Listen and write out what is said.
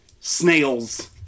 snails